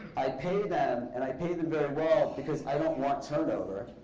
i pay them and i pay them very well because i don't want turnover.